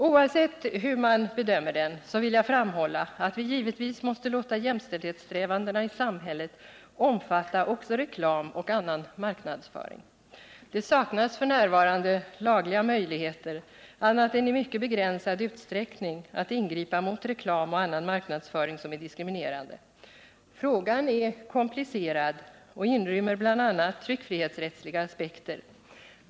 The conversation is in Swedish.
Oavsett hur man bedömer affischen vill jag framhålla att vi givetvis måste låta jämställdhetssträvandena i samhället omfatta också reklam och annan marknadsföring. Det saknas f.n. lagliga möjligheter — annat än i mycket begränsad utsträckning — att ingripa mot reklam och annan marknadsföring som är diskriminerande. Frågan är komplicerad och inrymmer bl.a. tryckfrihetsrättsliga aspekter.